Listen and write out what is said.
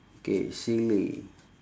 okay silly